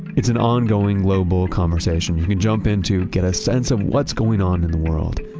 it's an ongoing low boil conversation you jump in to get a sense of what's going on in the world,